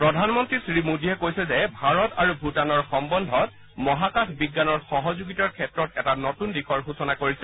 প্ৰধানমন্ত্ৰী শ্ৰীমোদীয়ে কৈছে যে ভাৰত আৰু ভুটানৰ সম্বন্ধত মহাকাশ বিজ্ঞানৰ সহযোগিতাৰ দিশত এটা নতুন দিশৰ সূচনা কৰিছে